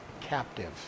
captive